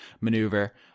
maneuver